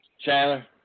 Chandler